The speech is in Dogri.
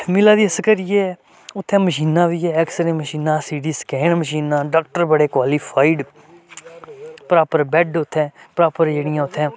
मिला दी इस करियै ऐ उत्थै मशीनां बी ऐ ऐक्स रे मशीनां सी टी स्कैन मशीनां डाक्टर बड़े क्वालीफाइड प्रापर बैड्ड उत्थै प्रापर जेह्ड़ियां उत्थै